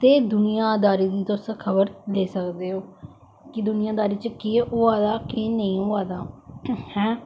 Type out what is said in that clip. ते दुनिया दारी दी तुस खब़र लेई सकदे हो के दुनिया दारी च केह् होवा दा केह् नेई होवा दा हैं